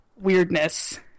weirdness